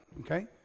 okay